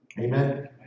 Amen